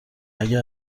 اگه